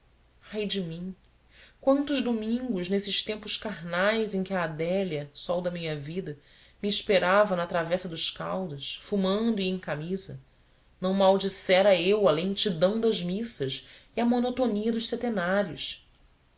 ai de mim quantos domingos nesses tempos carnais em que a adélia sol da minha vida me esperava na travessa dos caídas fumando e em camisa não maldissera eu a lentidão das missas e a monotonia dos septenários